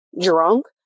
drunk